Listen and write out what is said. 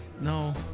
No